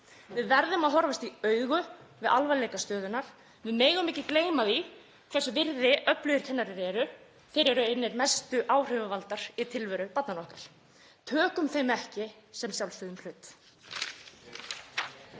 Við verðum að horfast í augu við alvarleika stöðunnar. Við megum ekki gleyma því hvers virði öflugir kennarar eru. Þeir eru einir mestu áhrifavaldar í tilveru barnanna okkar. Tökum þeim ekki sem sjálfsögðum hlut.